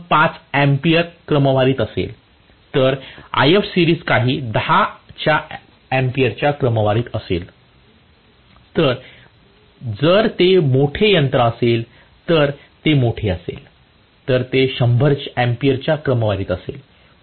5 ampere क्रमवारीत असेल तर Ifseries काही 10 च्या अँपिअरच्या क्रमाने असेल तर जर ते मोठे यंत्र असेल तर ते मोठे असेल तर ते 100 च्या एम्पीयरचे असेल